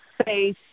space